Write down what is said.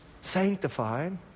sanctified